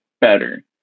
better